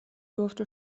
durfte